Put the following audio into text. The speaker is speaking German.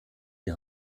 die